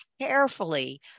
carefully